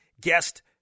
guest